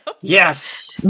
Yes